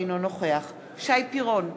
אינו נוכח שי פירון,